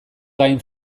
gain